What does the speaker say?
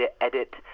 edit